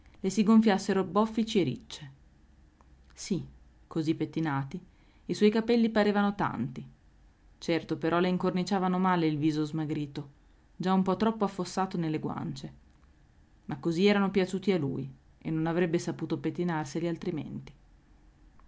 le si gonfiassero boffici e ricce sì così pettinati i suoi capelli parevano tanti certo però le incorniciavano male il viso smagrito già un po troppo affossato nelle guance ma così erano piaciuti a lui e non avrebbe saputo pettinarseli altrimenti